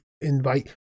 invite